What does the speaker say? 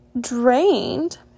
drained